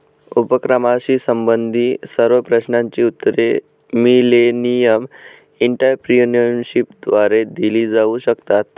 उपक्रमाशी संबंधित सर्व प्रश्नांची उत्तरे मिलेनियम एंटरप्रेन्योरशिपद्वारे दिली जाऊ शकतात